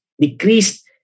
decreased